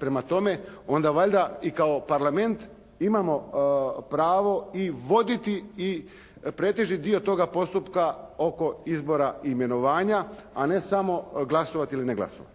prema tome onda valjda i kao Parlament imamo pravo i voditi i … /Govornik se ne razumije./ … dio toga postupka oko izbora i imenovanja, a ne samo glasovati ili ne glasovati.